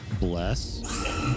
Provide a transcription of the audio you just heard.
bless